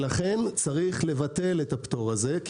לכן יש לבטל את הפטור הזה.